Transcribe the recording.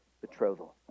betrothal